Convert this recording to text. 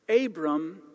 Abram